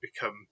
become